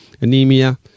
anemia